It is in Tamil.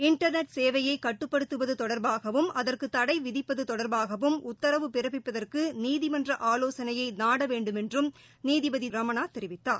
இன்டர்நெட் சேவையை கட்டுப்படுத்துவது தொடர்பாகவும் அதற்கு தடை விதிப்பது தொடர்பாகவும் உத்தரவு பிறப்பிப்பதற்கு நீதிமன்ற ஆலோசனையை நாட வேண்டுமென்றும் நீதிபதி திரு ரமணா தெரிவித்தார்